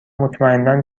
مطمئنا